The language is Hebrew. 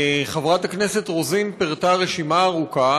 חברת הכנסת רוזין פירטה רשימה ארוכה